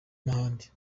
n’ahandi